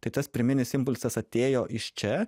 tai tas pirminis impulsas atėjo iš čia